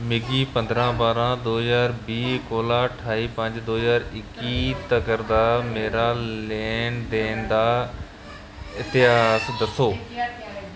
मिगी पंदरां बारां दो ज्हार बीह् कोला ठाई पंज दो ज्हार इक्की तक्कर दा मेरा लैन देन दा इतिहास दस्सो